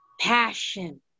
passion